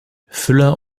füller